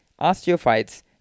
osteophytes